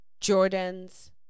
Jordan's